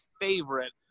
favorite